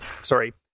Sorry